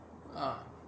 uh